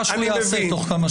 מה שיעשה תוך כמה שנים.